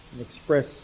express